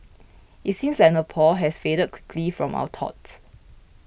it seems like Nepal has faded quickly from our thoughts